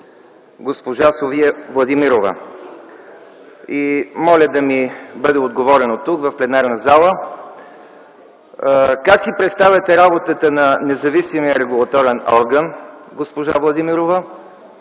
госпожа София Владимирова. Моля да ми бъде отговорено тук, в пленарната зала: как си представяте работата на независимия регулаторен орган, госпожо Владимирова?